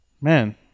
Man